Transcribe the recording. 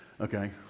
Okay